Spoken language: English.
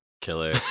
killer